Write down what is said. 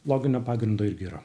loginio pagrindo irgi yra